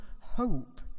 hope